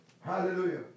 Hallelujah